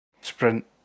sprint